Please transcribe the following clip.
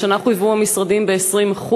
השנה חויבו המשרדים ב-20%,